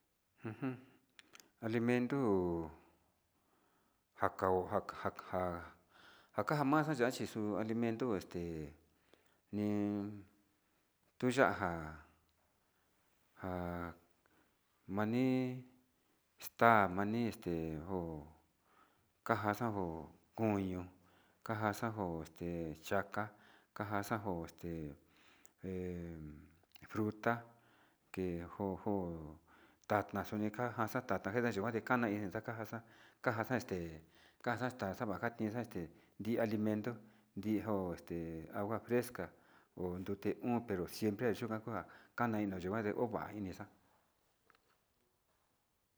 Ja in ja kakosamada ntaka ni kivi chi ku nteyu nta’ayi nteyu ntuchi nteyu yuva mani yuka kajada.